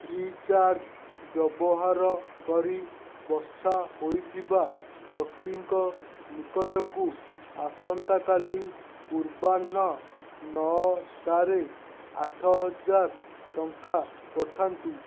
free charge ବ୍ୟବହାର କରି ବଛା ହୋଇଥିବା ବ୍ୟକ୍ତିଙ୍କ ନିକଟକୁ ଆସନ୍ତାକାଲି ପୂର୍ବାହ୍ନ ନଅଟାରେ ଆଠହଜାର ଟଙ୍କା ପଠାନ୍ତୁ